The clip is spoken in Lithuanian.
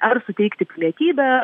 ar suteikti pilietybę